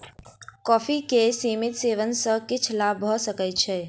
coffee के सीमित सेवन सॅ किछ लाभ भ सकै छै